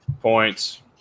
points